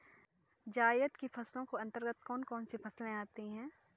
जायद की फसलों के अंतर्गत कौन कौन सी फसलें आती हैं?